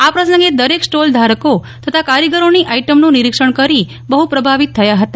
આ પ્રસંગે દરેક સ્ટોનલ ધારકો તથા કારીગરોની આઇટમનું નિરીક્ષણ કરી બહુ પ્રભાવિત થયા હતા